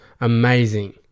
amazing